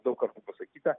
daug kartų pasakyta